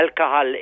alcohol